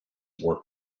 were